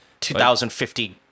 2050